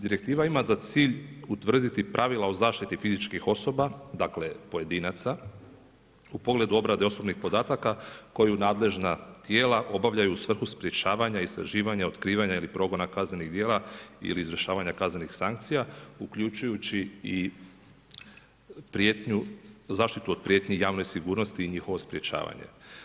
Direktiva ima za cilj utvrditi pravila o zaštiti fizičkih osoba, dakle pojedinaca u pogledu obrade osobnih podataka koju nadležna tijela obavljaju u svrhu sprječavanja, istraživanja, otkrivanja ili progona kaznenih djela ili izvršavanja kaznenih sankcija uključujući i prijetnju, zaštitu od prijetnji i javnoj sigurnosti i njihovo sprječavanje.